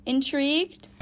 Intrigued